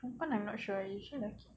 perempuan I'm not sure usually lelaki